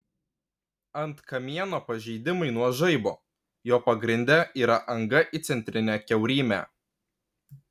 ant kamieno pažeidimai nuo žaibo jo pagrinde yra anga į centrinę kiaurymę